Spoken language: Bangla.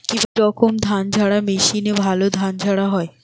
কি রকম ধানঝাড়া মেশিনে ভালো ধান ঝাড়া হয়?